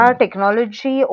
technology